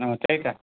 अँ त्यही त